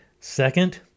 Second